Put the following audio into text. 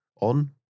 on